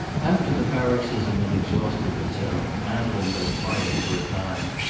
after the paroxysm had exhausted itself madeleine lay quiet for a time,